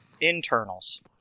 internals